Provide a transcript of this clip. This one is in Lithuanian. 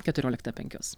keturioliktą penkios